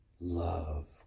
Love